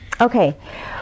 okay